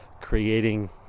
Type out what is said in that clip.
creating